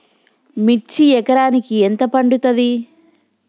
మిర్చి ఎకరానికి ఎంత పండుతది?